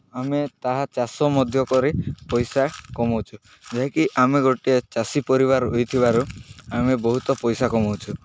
ଆମେ ତାହା ଚାଷ ମଧ୍ୟ କରି ପଇସା କମଉଚୁ ଯାହାକି ଆମେ ଗୋଟିଏ ଚାଷୀ ପରିବାର ହୋଇଥିବାରୁ ଆମେ ବହୁତ ପଇସା କମଉଚୁ